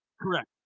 Correct